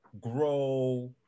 grow